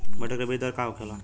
मटर के बीज दर का होखे?